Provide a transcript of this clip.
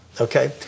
Okay